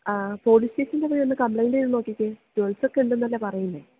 ആ പോലീസ് സ്റ്റേഷനിൽ ചെന്ന് ഒന്ന് കംപ്ലെയിന്റ് ചെയ്ത് നോക്കിക്കേ പേഴ്സൊക്കെ ഉണ്ടെന്ന് അല്ലേ പറയുന്നത്